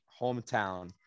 hometown